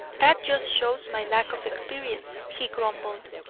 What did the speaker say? that just shows my lack of experience, he grumbled.